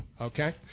Okay